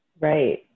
Right